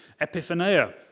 epiphania